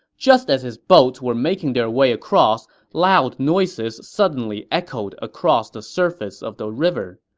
just as his boats were making their way across, loud noises suddenly echoed across the surface of the river.